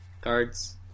cards